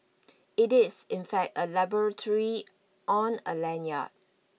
it is in fact a laboratory on a lanyard